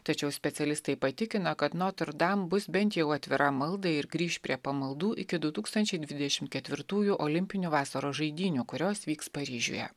tačiau specialistai patikino kad notr dam bus bent jau atvira maldai ir grįš prie pamaldų iki du tūkstančiai dvidešimt ketvirtųjų olimpinių vasaros žaidynių kurios vyks paryžiuje